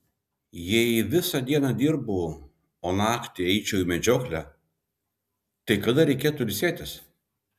jei visą dieną dirbu o naktį eičiau į medžioklę tai kada reikėtų ilsėtis